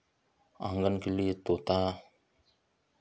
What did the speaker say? आँगन के लिए तोता